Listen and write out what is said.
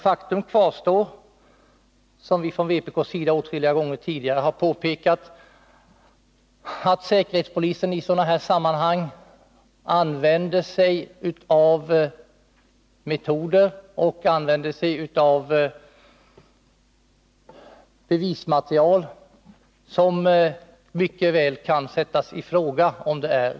Faktum kvarstår emellertid, som vi från vpk:s sida åtskilliga gånger tidigare har påpekat, att säkerhetspolisen i sådana här sammanhang använder sig av metoder och bevismaterial man mycket väl kan ifrågasätta.